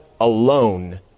alone